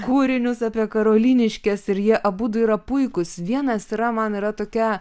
kūrinius apie karoliniškes ir jie abudu yra puikūs vienas yra man yra tokia